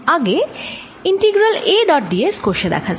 আগে integral A dot d s কষে দেখা যাক